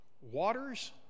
waters